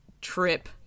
trip